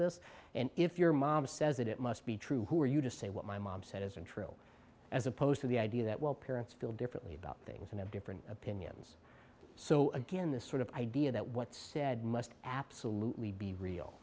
this and if your mom says it it must be true who are you to say what my mom said isn't true as opposed to the idea that well parents feel differently about things and have different opinions so again this sort of idea that what's said must absolutely be real